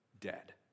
dead